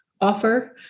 offer